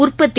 உற்பத்தி